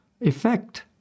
effect